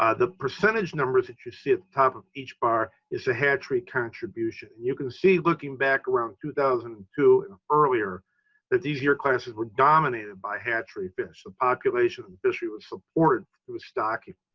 ah the percentage numbers that you see at the top of each bar is a hatchery contribution. and you can see looking back around two thousand and two and earlier that these year classes were dominated by hatchery fish. the population of the fishery was supported through a stocking.